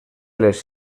les